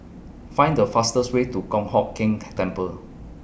Find The fastest Way to Kong Hock Keng Temple